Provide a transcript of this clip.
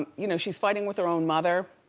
um you know she's fighting with her own mother.